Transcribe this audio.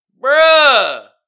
Bruh